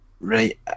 Right